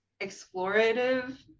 explorative